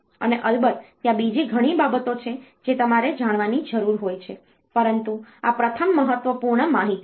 અને અલબત્ત ત્યાં બીજી ઘણી બાબતો છે જે તમારે જાણવાની જરૂર હોય છે પરંતુ આ પ્રથમ મહત્વપૂર્ણ માહિતી છે